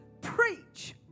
Preach